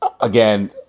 Again